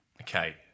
okay